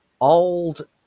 old